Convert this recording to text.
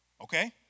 Okay